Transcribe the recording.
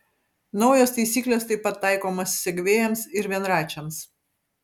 naujos taisyklės taip pat taikomos segvėjams ir vienračiams